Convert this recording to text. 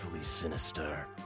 sinister